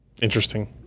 Interesting